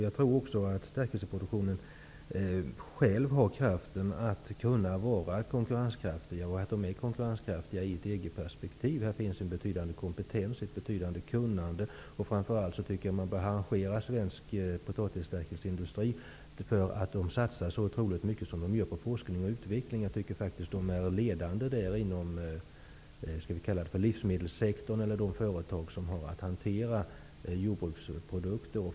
Jag tror att stärkelseproduktionen har kraften att kunna vara konkurrenskraftig i ett EG-perspektiv. Det finns här en betydande kompetens och ett betydande kunnande. Framför allt tycker jag att man bör harangera svensk potatisstärkelseindustri för att den satsar så otroligt mycket på forskning och utveckling. Jag tycker att de är ledande när det gäller företag som har att hantera och förädla jordbruksprodukter.